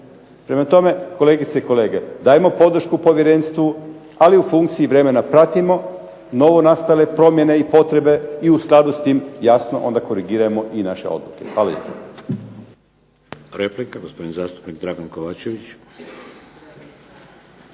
Prema tome, kolegice i kolege, dajmo podršku povjerenstvu, ali u funkciji vremena pratimo novonastale promjene i potrebe i u skladu s tim jasno onda korigirajmo i naše odluke. Hvala lijepo.